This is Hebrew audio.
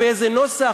באיזה נוסח,